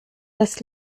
das